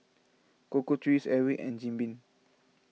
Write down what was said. Cocoa Trees Airwick and Jim Beam